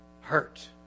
Hurt